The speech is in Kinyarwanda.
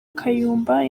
kayumba